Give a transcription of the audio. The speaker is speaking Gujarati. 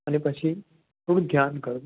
અને પછી થોડુંક ધ્યાન કરો